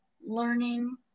learning